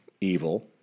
evil